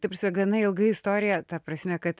ta prasme gana ilga istorija ta prasme kad